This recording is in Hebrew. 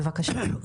בבקשה.